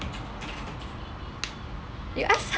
you ask ah